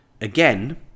Again